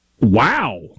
Wow